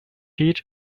heat